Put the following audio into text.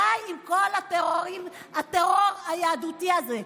די עם כל הטרור היהדותי הזה.